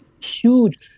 huge